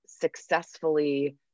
successfully